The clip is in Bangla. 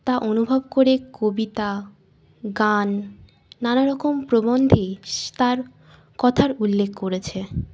তা অনুভব করে কবিতা গান নানারকম প্রবন্ধে তার কথার উল্লেখ করেছে